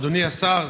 אדוני השר,